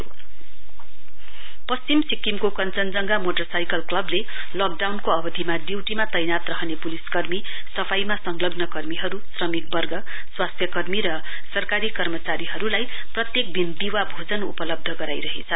motorcycle पश्चिम सिक्किमको कश्वनजंगा मोटरसाइकल क्लबले लकडाउनको अवधिमा ड्यूटीमा तैनात रहने पुलिस कर्मी सफाइमा संलग्न कर्मीहरु थ्रमिकवर्ग स्वास्थ्य कर्मी र सरकारी कर्मचारीहरुलाई प्रत्येक दिन दीवा भोजन उपलब्ध गराइरहेछ